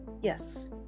yes